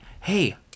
hey